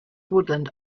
woodland